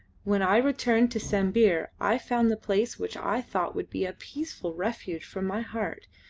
when i returned to sambir i found the place which i thought would be a peaceful refuge for my heart,